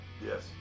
Yes